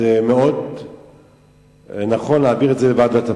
זה מאוד נכון להעביר את זה לוועדת הפנים,